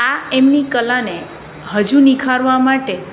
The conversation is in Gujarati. આ એમની કલાને હજુ નિખારવા માટે